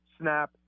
snap